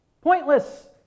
pointless